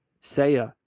Saya